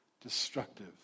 destructive